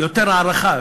יותר הערכה,